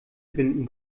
binden